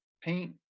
paint